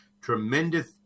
Tremendous